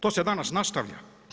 To se danas nastavlja.